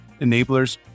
Enablers